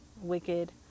wicked